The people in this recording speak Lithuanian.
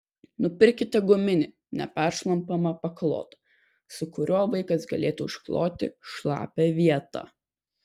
nupirkite guminį neperšlampamą paklotą su kuriuo vaikas galėtų užkloti šlapią vietą